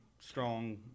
Strong